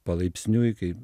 palaipsniui kai